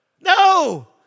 no